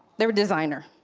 they were designer.